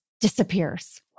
disappears